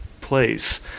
place